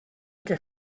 que